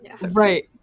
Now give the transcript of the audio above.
right